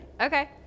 Okay